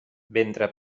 ventre